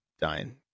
dying